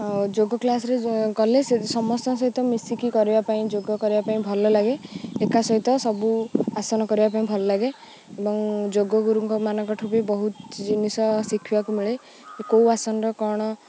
ଆଉ ଯୋଗ କ୍ଲାସରେ କଲେ ସମସ୍ତଙ୍କ ସହିତ ମିଶିକି କରିବା ପାଇଁ ଯୋଗ କରିବା ପାଇଁ ଭଲ ଲାଗେ ଏକା ସହିତ ସବୁ ଆସନ କରିବା ପାଇଁ ଭଲ ଲାଗେ ଏବଂ ଯୋଗ ଗୁରୁମାନଙ୍କଠୁ ବି ବହୁତ ଜିନିଷ ଶିଖିବାକୁ ମିଳେ କେଉଁ ଆସନର କ'ଣ